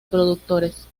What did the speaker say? productores